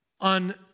on